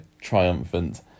triumphant